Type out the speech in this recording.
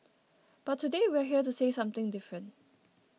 but today we're here to say something different